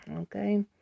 okay